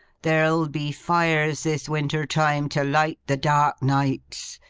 there'll be fires this winter-time, to light the dark nights,